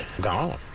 gone